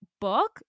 book